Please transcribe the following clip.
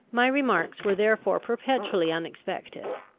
my remarks were therefore perpetually unexpected,